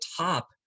top